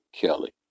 Kelly